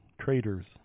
traders